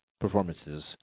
performances